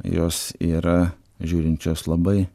jos yra žiūrinčios labai